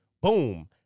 boom